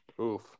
Oof